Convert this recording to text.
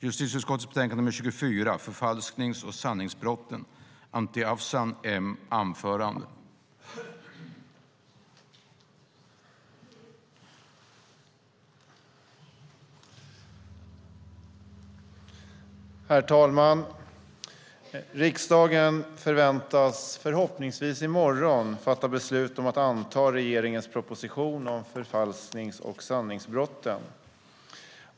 Herr talman! Riksdagen förväntas förhoppningsvis i morgon fatta beslut om att anta regeringens proposition om förfalsknings och sanningsbrotten.